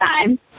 time